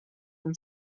from